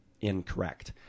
incorrect